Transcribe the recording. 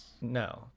No